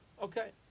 Okay